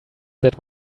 that